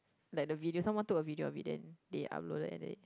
like the video someone took a video of it then they uploaded and they